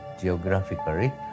geographically